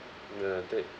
ya that